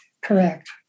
Correct